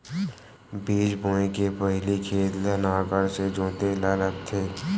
बीज बोय के पहिली खेत ल नांगर से जोतेल लगथे?